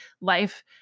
life